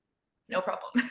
no problem!